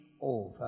over